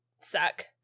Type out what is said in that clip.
suck